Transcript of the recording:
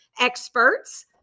experts